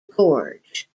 gorge